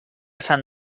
sant